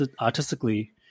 artistically